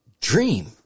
dream